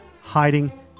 hiding